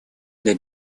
для